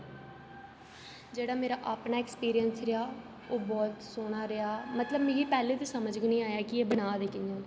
जेह्ड़ा मेरा अपना एक्सपीरियंस रेहा ओह् बहोत सोह्ना रेहा मतलब मिगी पैह्लें ते समझ गै निं आया कि एह् बना दे कि'यां न